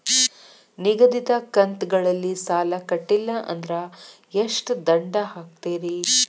ನಿಗದಿತ ಕಂತ್ ಗಳಲ್ಲಿ ಸಾಲ ಕಟ್ಲಿಲ್ಲ ಅಂದ್ರ ಎಷ್ಟ ದಂಡ ಹಾಕ್ತೇರಿ?